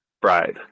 bride